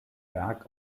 werk